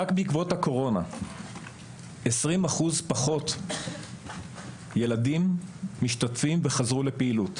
רק בעקבות הקורונה עשרים אחוז פחות ילדים משתתפים וחזרו לפעילות.